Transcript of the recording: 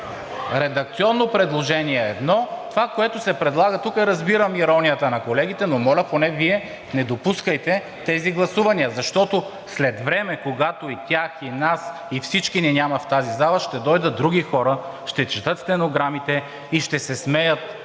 Редакционно предложение е едно. Това, което се предлага тук, разбирам иронията на колегите, но моля, поне Вие не допускайте тези гласувания. Защото след време, когато и тях, и нас, и всички ни няма в тази зала, ще дойдат други хора, ще четат стенограмите и ще се смеят